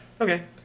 Okay